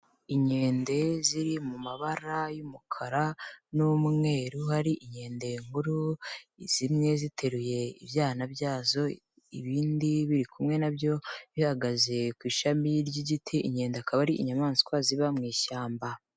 Inkende ziri mu mabara y'umukara n'umweru, hari inkende nkuru zimye ziteruye ibyana byazo, ibindi biri kumwe nabyo bihagaze ku ishami ry'igiti, inkende akaba ari inyamaswa ziba mu ishyamba.